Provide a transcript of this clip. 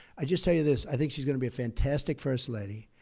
i'd just tell you this i think she's going to be a fantastic first lady.